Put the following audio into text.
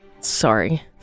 Sorry